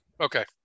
Okay